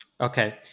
Okay